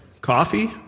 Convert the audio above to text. Coffee